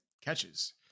catches